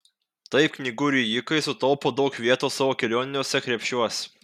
taip knygų rijikai sutaupo daug vietos savo kelioniniuose krepšiuos